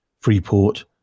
Freeport